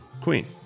Queen